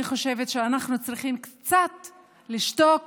אני חושבת שאנחנו צריכים קצת לשתוק